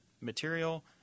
material